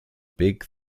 big